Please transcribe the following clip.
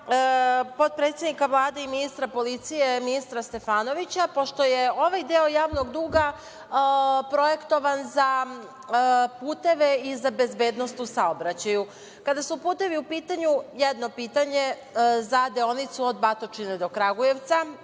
potpredsednika Vlade i ministra policije Stefanovića, pošto je ovaj deo javnog duga projektovan za puteve i za bezbednost u saobraćaju. Kada su putevi u pitanju, jedno pitanje za deonicu od Batočine do Kragujevca,